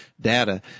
data